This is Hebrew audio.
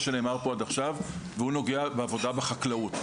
שנאמר פה עד עכשיו והוא נוגע לעבודה בחקלאות.